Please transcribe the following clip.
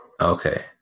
Okay